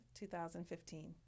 2015